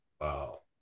Wow